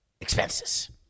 expenses